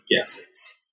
guesses